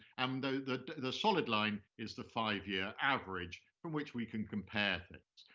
um the the solid line is the five-year average from which we can compare things.